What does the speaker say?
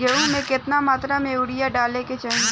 गेहूँ में केतना मात्रा में यूरिया डाले के चाही?